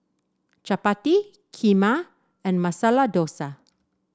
Chapati Kheema and Masala Dosa